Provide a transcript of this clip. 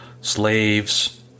slaves